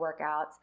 workouts